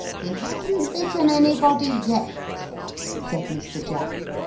he hasn't bitten anybody yet said mr. jack,